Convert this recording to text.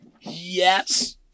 yes